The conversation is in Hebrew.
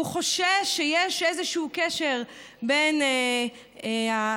שהוא חושש שיש איזשהו קשר בין החשדות